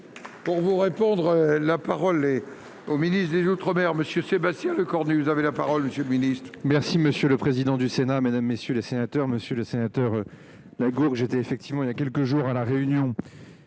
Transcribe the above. Pour vous répondre, la parole est au ministre des Outre-mer monsieur Sébastien Lecornu vous avez la parole monsieur le Ministre. Merci monsieur le président du Sénat, mesdames, messieurs les sénateurs, Monsieur le Sénateur, la gorge était effectivement il y a quelques jours à la Réunion,